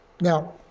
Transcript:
Now